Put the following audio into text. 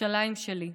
ירושלים שלי,